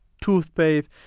toothpaste